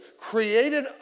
Created